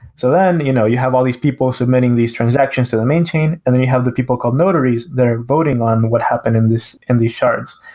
so then you know you have all these people submitting these transactions to the main chain and then you have the people called notaries that are voting on what happened in and these shards.